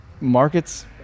markets